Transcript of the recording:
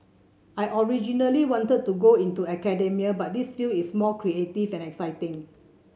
I originally wanted to go into academia but this field is more creative and exciting